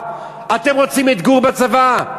אתם רוצים את ברסלב בצבא?